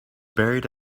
buried